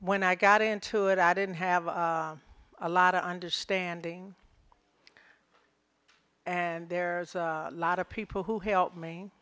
when i got into it i didn't have a lot of understanding and there are a lot of people who help me